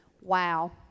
Wow